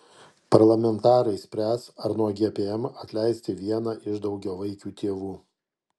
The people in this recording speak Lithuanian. parlamentarai spręs ar nuo gpm atleisti vieną iš daugiavaikių tėvų